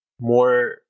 more